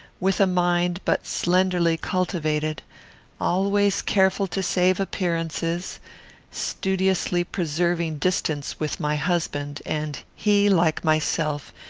with a mind but slenderly cultivated always careful to save appearances studiously preserving distance with my husband, and he, like myself,